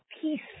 peace